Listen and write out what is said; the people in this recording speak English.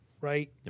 right